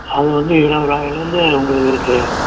அது வந்து இருபதுருவாலிருந்து உங்களுக்கு இருக்குது